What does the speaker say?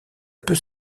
peut